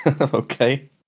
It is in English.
Okay